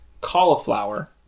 cauliflower